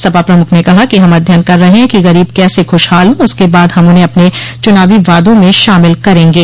सपा प्रमुख ने कहा कि हम अध्ययन कर रहे हैं कि गरीब कैसे खुशहाल हों उसके बाद हम उन्हें अपने चुनावी वादों में शामिल करेंगे